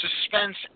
suspense